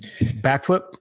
Backflip